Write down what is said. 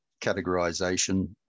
categorization